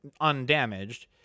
undamaged